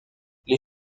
les